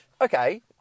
Okay